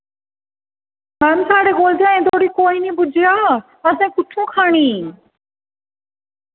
madam साढ़े कोल ते अजें धोड़ी कोई निं पुज्जेआ असें कु'त्थूं खानी